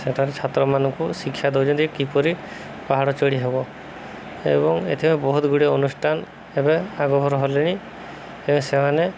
ସେଠାରେ ଛାତ୍ରମାନଙ୍କୁ ଶିକ୍ଷା ଦଉଛନ୍ତି କିପରି ପାହାଡ଼ ଚଢ଼ି ହେବ ଏବଂ ଏଥିରେ ବହୁତ ଗୁଡ଼ିଏ ଅନୁଷ୍ଠାନ ଏବେ ଆଗଭର ହେଲେଣି ଏବେ ସେମାନେ